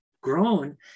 grown